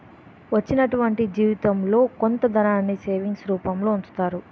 వచ్చినటువంటి జీవితంలో కొంత ధనాన్ని సేవింగ్స్ రూపంలో ఉంచుతారు